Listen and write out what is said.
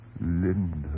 Linda